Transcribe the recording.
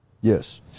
Yes